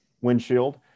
windshield